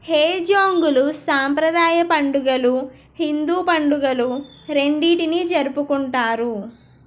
హేజోంగులు సాంప్రదాయ పండుగలు హిందూ పండుగలు రెండింటినీ జరుపుకుంటారు